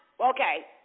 okay